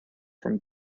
from